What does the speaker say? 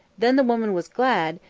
then the woman was glad,